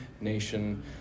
nation